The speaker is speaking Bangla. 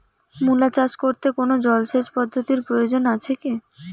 মূলা চাষ করতে কোনো জলসেচ পদ্ধতির প্রয়োজন আছে কী?